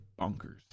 bonkers